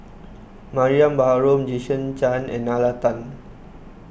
Mariam Baharom Jason Chan and Nalla Tan